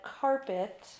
carpet